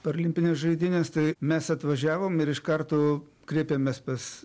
paralimpinės žaidynės tai mes atvažiavom ir iš karto kreipėmės pas